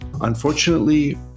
Unfortunately